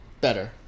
better